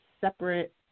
separate